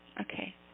Okay